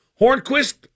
Hornquist